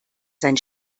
sein